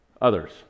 Others